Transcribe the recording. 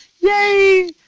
yay